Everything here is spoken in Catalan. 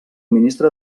ministre